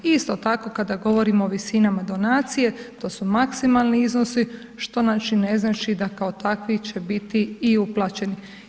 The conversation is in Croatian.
Isto tako kada govorimo o visinama donacije, to su maksimalni iznosi, što znači ne znači da kao takvi će biti i uplaćeni.